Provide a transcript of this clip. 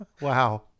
wow